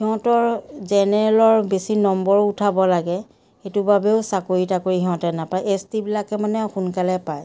সিহঁতৰ জেনেৰেলৰ বেছি নম্বৰো উঠাব লাগে সেইটো বাবেও চাকৰি তাকৰি সিহঁতে নাপায় এচ টিবিলাকে মানে সোনকালে পায়